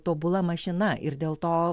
tobula mašina ir dėl to